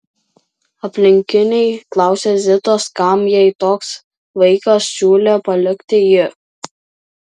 aplinkiniai klausė zitos kam jai toks vaikas siūlė palikti jį